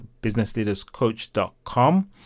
businessleaderscoach.com